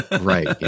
right